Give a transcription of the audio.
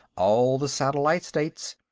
all the satellite states.